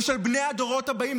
ושל בני הדורות הבאים,